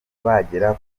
bagera